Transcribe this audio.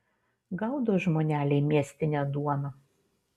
gaudo žmoneliai miestinę duoną